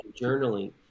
journaling